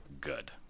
good